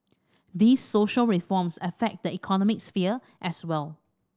these social reforms affect the economic sphere as well